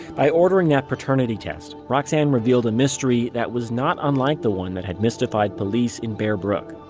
by ordering that paternity test, roxane revealed a mystery that was not unlike the one that had mystified police in bear brook.